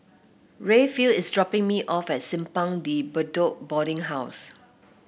Rayfield is dropping me off at Simpang De Bedok Boarding House